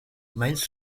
meinst